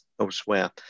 elsewhere